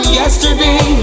yesterday